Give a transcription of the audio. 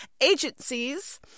agencies